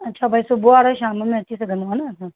अच्छा ॿई सुबुहु वारा शाम में अची सघंदो आहे न हा